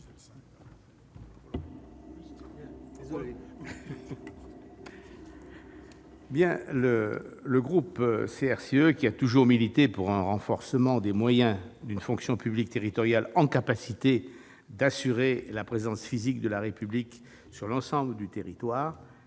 Le groupe CRCE, qui a toujours milité pour un renforcement des moyens d'une fonction publique territoriale en capacité d'assurer la présence physique de la République dans l'ensemble du territoire-